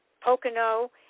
Pocono